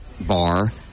bar